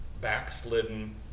backslidden